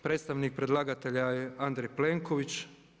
Predstavnik predlagatelja je Andrej Plenković.